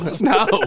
no